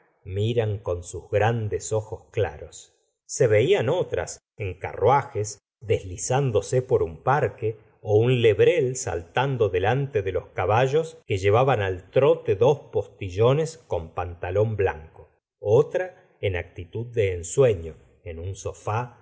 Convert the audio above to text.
miran con sus grandes ojos claros se veían otras en carruajes deslizándose por un parque un lebrel saltando delante de los caballos que llevaban al r'z la seg ora de bovary trote dos postillones con pantalón blanco otra en actitud de ensueño en un sofá